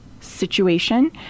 situation